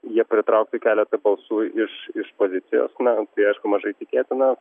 jie pritrauktų keletą balsų iš pozicijos na tai aišku mažai tikėtina